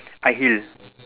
high heel